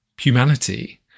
humanity